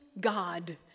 God